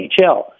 NHL